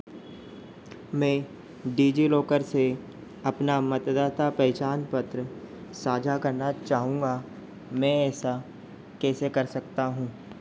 मैं डिजिलॉकर से अपना मतदाता पहचान पत्र साझा करना चाहूँगा मैं ऐसा कैसे कर सकता हूँ